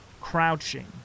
crouching